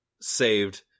saved